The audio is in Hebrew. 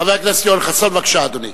חבר הכנסת יואל חסון, בבקשה, אדוני.